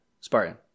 spartan